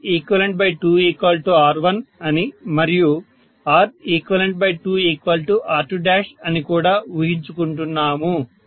Req2R1అని మరియు Req2R2 అని కూడా ఊహించుకుంటున్నాము